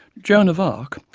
joan of arc,